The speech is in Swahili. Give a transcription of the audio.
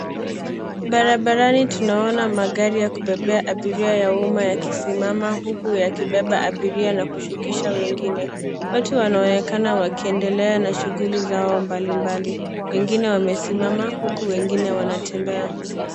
Barabarani tunaona magari ya kubebea abiria ya umma yakisimama huku yakibeba abiria na kushukisha wengine. Watu wanaonekana wakiendelea na shughuli zao mbalimbali, wengine wamesimama huku wengine wanatembea.